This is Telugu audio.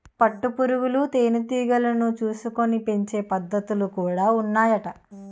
పట్టు పురుగులు తేనె టీగలను చూసుకొని పెంచే పద్ధతులు కూడా ఉన్నాయట